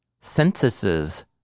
censuses